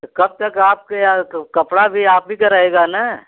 तो कब तक आपके या तो कपड़ा भी आप ही का रहेगा ना